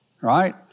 Right